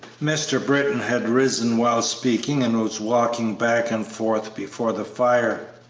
mr. britton had risen while speaking and was walking back and forth before the fire.